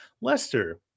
Lester